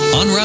on